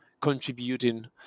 contributing